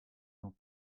dans